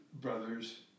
brothers